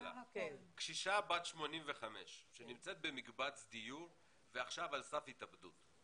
קשישה בת 85 שנמצאת במקבץ דיור והיא עכשיו על סף התאבדות,